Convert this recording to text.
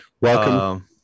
welcome